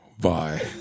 bye